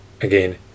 Again